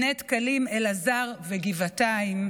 בני דקלים, אלעזר וגבעתיים,